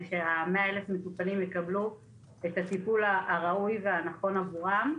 שה-100,000 מטופלים יקבלו את הטיפול הראוי והנכון עבורם.